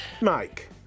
Mike